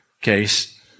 case